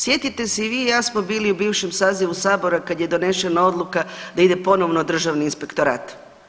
Sjetite se i vi i ja smo bili u bivšem sazivu Sabora kada je donesena odluka da ide ponovno Državni inspektorat.